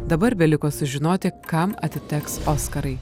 dabar beliko sužinoti kam atiteks oskarai